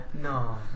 No